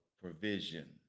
provision